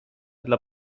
dla